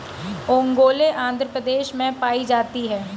ओंगोले आंध्र प्रदेश में पाई जाती है